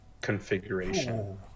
configuration